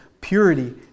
purity